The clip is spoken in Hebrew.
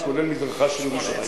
כולל מזרחה של ירושלים.